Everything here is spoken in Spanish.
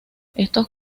estos